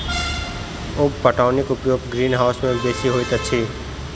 उप पटौनीक उपयोग ग्रीनहाउस मे बेसी होइत अछि